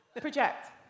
Project